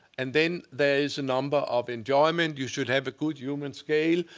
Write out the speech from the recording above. and then there is a number of enjoyment. you should have a good human scale.